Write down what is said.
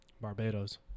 Barbados